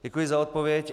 Děkuji za odpověď.